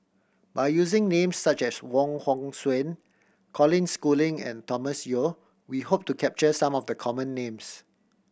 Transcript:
by using names such as Wong Hong Suen Colin Schooling and Thomas Yeo we hope to capture some of the common names